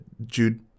Jude